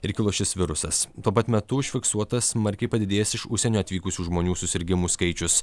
ir kilo šis virusas tuo pat metu užfiksuotas smarkiai padidėjęs iš užsienio atvykusių žmonių susirgimų skaičius